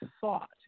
thought